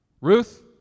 Ruth